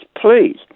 please